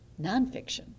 nonfiction